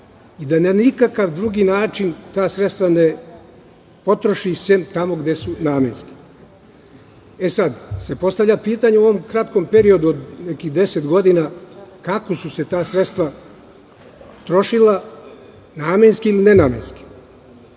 i da na nikakav drugi način ta sredstva ne potroši sem tamo gde su namenska? Sada se postavlja pitanja u ovom kratkom periodu od nekih 10 godina, kako su se ta sredstva trošila namenski ili nenamenski?